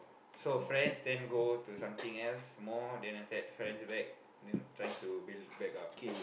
so friends then go to something else more then after that friends back then trying to build back up